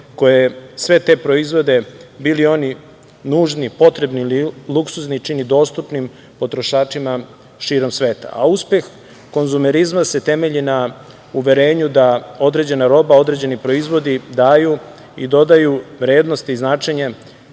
sve te proizvode, bili oni nužni, potrebni ili luksuzni, čini dostupnim potrošačima širom sveta. A uspeh konzumerizma se temelji na uverenju da određena roba, određeni proizvodi, daju i dodaju vrednost i značenje